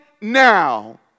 now